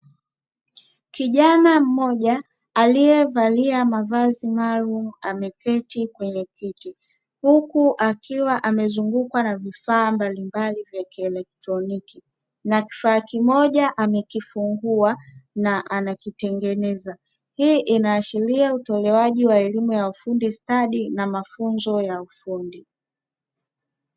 Kijana mmoja aliyevalia mavazi maalumu ameketi kwenye kiti, huku akiwa amezungukwa na vifaa mbalimbali vya kielektroniki na kifaa kimoja amekifungua na anakitengeneza. Hii inaashiria utolewaji wa elimu ya ufundi stadi na mafunzo ya ufundi.